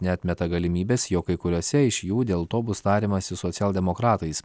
neatmeta galimybės jog kai kuriose iš jų dėl to bus tariamasi su socialdemokratais